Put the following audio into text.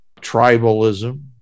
Tribalism